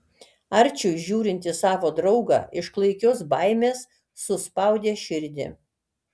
arčiui žiūrint į savo draugą iš klaikios baimės suspaudė širdį